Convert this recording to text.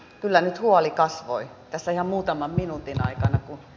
kyllä nyt huoli kasvoi tässä ja muutama minuuttia